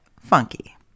funky